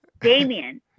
Damien